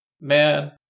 man